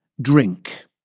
drink